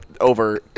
over